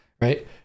Right